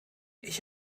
ich